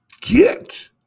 get